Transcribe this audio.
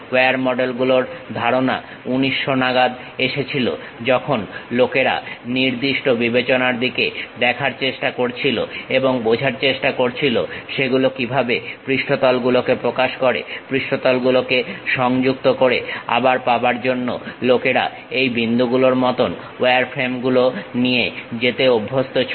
war মডেলগুলোর ধারণা 1900 নাগাদ এসেছিল যখন লোকেরা নির্দিষ্ট বিবেচনার দিকে দেখার চেষ্টা করছিল এবং বোঝার চেষ্টা করছিল সেগুলো কিভাবে পৃষ্ঠতল গুলোকে প্রকাশ করে পৃষ্ঠতল গুলোকে সংযুক্ত করে আবার পাবার জন্য লোকেরা এই বিন্দুগুলোর মতন ওয়ারফ্রেমগুলো নিয়ে যেতে অভ্যস্ত ছিল